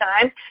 time